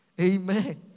Amen